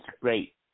great